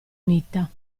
unita